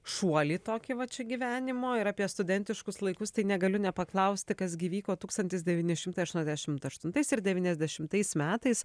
šuolį tokį va čia gyvenimo ir apie studentiškus laikus tai negaliu nepaklausti kas gi vyko tūkstantis devyni šimtai aštuoniasdešimt aštuntais ir devyniasdešimtais metais